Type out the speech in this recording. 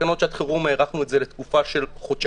בתקנות שעת חירום הארכנו את זה לתקופה של חודשיים,